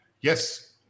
Yes